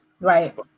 right